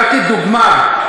נתתי דוגמה,